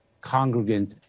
congregant